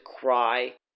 cry